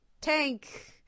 tank